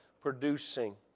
producing